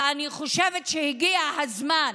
ואני חושבת שהגיע הזמן,